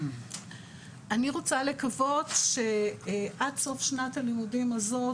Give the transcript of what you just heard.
אני רוצה לקוות שעד סוף שנת הלימודים הזאת,